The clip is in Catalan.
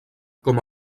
com